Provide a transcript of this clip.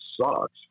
sucks